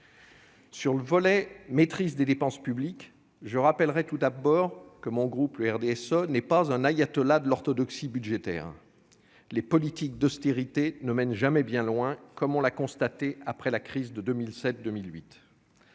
Sur le volet maîtrise des dépenses publiques, je rappellerai tout d'abord que mon groupe n'est pas composé d'ayatollahs de l'orthodoxie budgétaire. Les politiques d'austérité ne mènent jamais bien loin- nous l'avons constaté après la crise de 2007-2008.